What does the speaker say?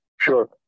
Sure